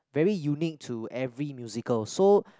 very unique to every musical so